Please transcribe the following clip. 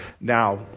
Now